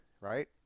right